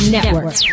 Network